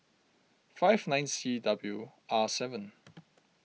five nine C W R seven